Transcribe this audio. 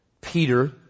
Peter